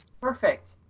Perfect